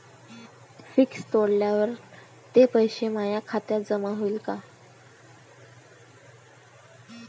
Fix तोडल्यावर ते पैसे माया खात्यात जमा होईनं का?